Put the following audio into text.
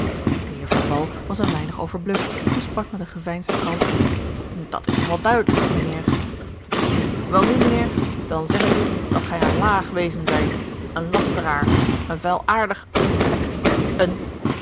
de wall was een weinig overbluft en sprak met eene geveinsde kalmte dat is nog al duidelijk mijnheer welnu mijnheer dan zeg ik u dat gij een laag wezen zijt een lasteraar een vuilaardig insect een